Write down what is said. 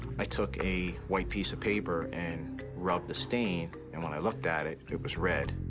i took a white piece of paper and rubbed the stain, and when i looked at it, it was red.